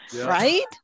right